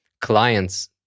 clients